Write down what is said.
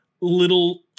little